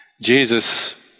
Jesus